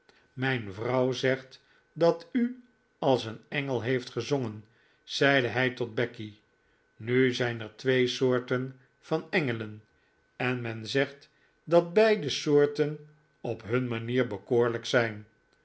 mijn vrouw zegt dat u als een engel heeft gezongen zeide hij tot becky nu zijn er twee soorten van engelen en men zegt dat beide soorten op hun manier bekoorlijk zijn